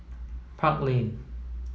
Park Lane